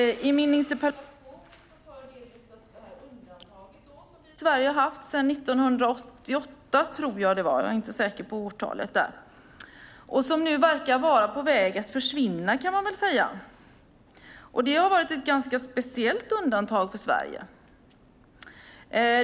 I min interpellation tar jag delvis upp det undantag som vi i Sverige har haft sedan 1988 - tror jag det var. Jag är inte säker på årtalet. Nu verkar det vara på väg att försvinna. Det har varit ett ganska speciellt undantag för Sverige.